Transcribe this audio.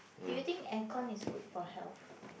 do you think air con is good for health